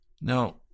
Now